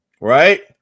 right